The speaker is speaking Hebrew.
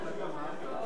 יש גם צבא.